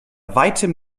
weitem